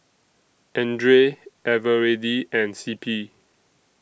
Andre Eveready and C P